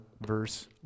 verse